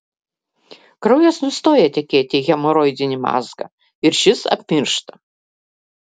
kraujas nustoja tekėti į hemoroidinį mazgą ir šis apmiršta